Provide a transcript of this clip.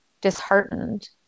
disheartened